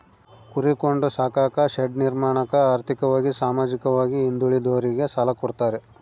ಕುರಿ ಕೊಂಡು ಸಾಕಾಕ ಶೆಡ್ ನಿರ್ಮಾಣಕ ಆರ್ಥಿಕವಾಗಿ ಸಾಮಾಜಿಕವಾಗಿ ಹಿಂದುಳಿದೋರಿಗೆ ಸಾಲ ಕೊಡ್ತಾರೆ